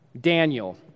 Daniel